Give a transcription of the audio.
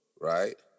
right